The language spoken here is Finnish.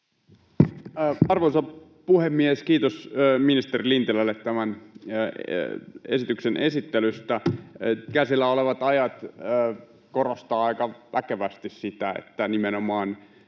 Arvoisa puhemies! Kiitos ministeri Lintilälle tämän esityksen esittelystä. Käsillä olevat ajat korostavat aika väkevästi sitä, että nimenomaan